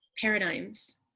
paradigms